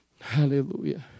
Hallelujah